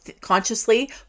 consciously